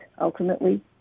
ultimately